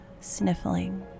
sniffling